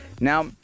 Now